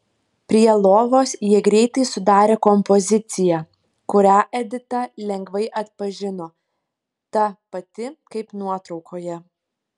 prie lovos jie greitai sudarė kompoziciją kurią edita lengvai atpažino ta pati kaip nuotraukoje